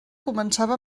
començava